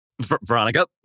Veronica